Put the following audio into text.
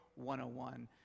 101